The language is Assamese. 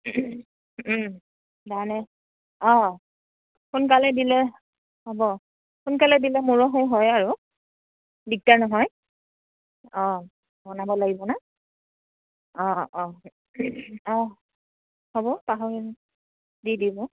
হয় আৰু দিগদাৰ নহয় অঁ বনাব লাগিব ন অঁ অঁ অঁ অঁ হ'ব পাহৰি দি দিম